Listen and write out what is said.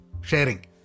sharing